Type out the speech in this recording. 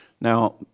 Now